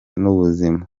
n’ubuzima